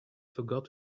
forgot